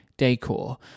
decor